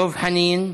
דב חנין.